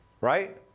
right